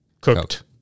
cooked